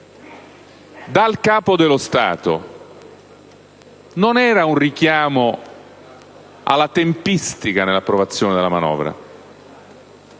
dal Capo dello Stato, non era un richiamo alla tempistica nell'approvazione della manovra,